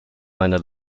meine